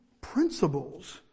principles